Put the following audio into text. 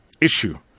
issue